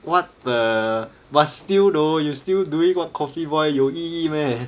what the but still though you still doing what coffee boy 有意义 meh